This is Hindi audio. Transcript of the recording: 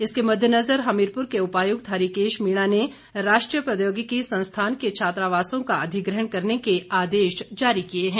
इसके मद्देनज़र हमीरपुर के उपायुक्त हरिकेश मीणा ने राष्ट्रीय प्रौद्योगिकी संस्थान के छात्रावासों का अधिग्रहण करने के आदेश जारी किए हैं